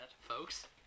folks